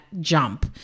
jump